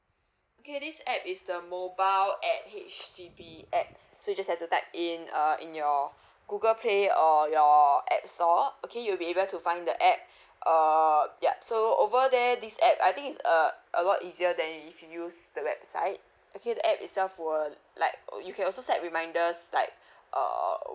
okay this app is the mobile at H_D_B app so you just have to type in uh in your google play or your app store okay you'll be able to find the app err yup so over there this app I think is err a lot easier than if you use the website okay the app itself will like oh you can also set reminders like err